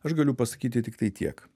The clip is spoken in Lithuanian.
aš galiu pasakyti tiktai tiek